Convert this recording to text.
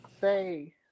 say